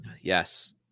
Yes